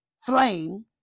flame